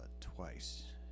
twice